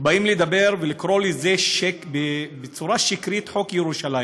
באים לדבר ולקרוא לזה, בצורה שקרית, חוק ירושלים.